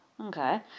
Okay